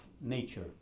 nature